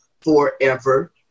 forever